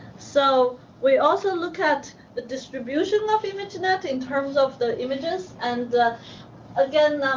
so we also looked at the distribution of imagenet in terms of the images. and again,